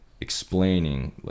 explaining